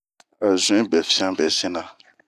A zuwnwi befian be sina.